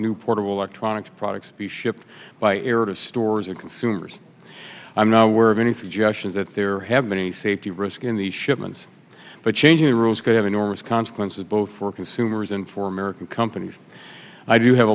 new portable electronic products be shipped by air to stores or consumers i'm not aware of any suggestion that there have been any safety risk in the shipments but changing the rules could have enormous consequences both for consumers and for american companies i do have